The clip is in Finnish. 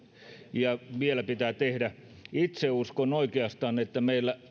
ja vielä pitää tehdä itse uskon oikeastaan että meillä